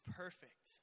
perfect